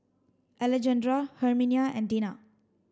Alejandra Herminia and Dena